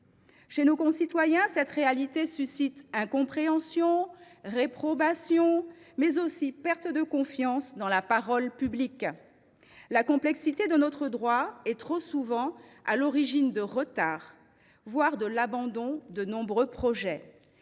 Chez nos concitoyens, cette réalité suscite incompréhension, réprobation, mais aussi perte de confiance dans la parole publique. La complexité de notre droit est trop souvent à l’origine de retards dans de nombreux projets,